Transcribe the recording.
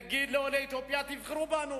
להגיד לעולי אתיופיה: תבחרו בנו.